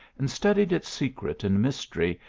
and studied its secret and mystery,